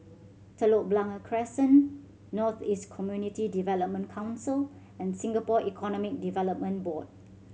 Telok Blangah Crescent North East Community Development Council and Singapore Economic Development Board